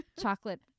Chocolate